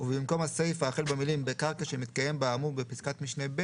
ובמקום הסיפה החל במילים "בקרקע שמתקיים בה האמור בפסקת משנה (ב)"